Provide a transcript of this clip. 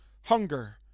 hunger